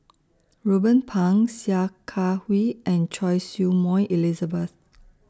Ruben Pang Sia Kah Hui and Choy Su Moi Elizabeth